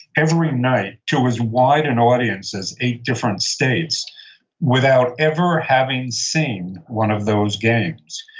every night to as wide an audience as eight different states without ever having seen one of those games.